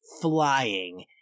flying